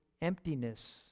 emptiness